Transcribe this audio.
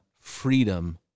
freedom